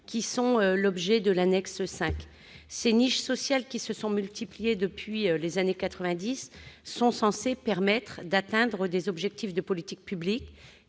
qui figurent à l'annexe 5. Ces « niches sociales », qui se sont multipliées depuis les années 1990, sont censées permettre d'atteindre des objectifs de politiques publiques,